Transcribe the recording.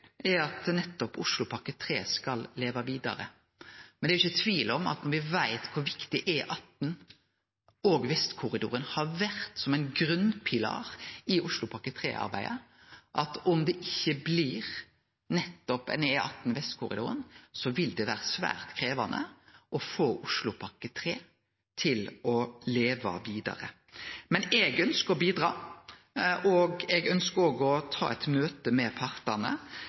er at nettopp Oslopakke 3 skal leve vidare. Men det er ikkje tvil om, når vi veit kor viktig E18 og Vestkorridoren har vore som ein grunnpilar i Oslopakke 3-arbeidet, at om det ikkje blir nettopp ein E18 Vestkorridoren, vil det bli svært krevjande å få Oslopakke 3 til å leve vidare. Men eg ønskjer å bidra, og eg ønskjer å ta eit møte med partane.